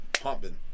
pumping